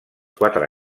quatre